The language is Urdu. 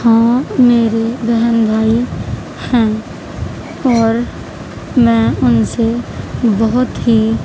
ہاں میرے بہن بھائی ہیں اور میں ان سے بہت ہی